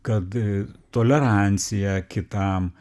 kad tolerancija kitam